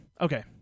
okay